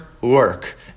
work